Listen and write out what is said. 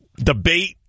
Debate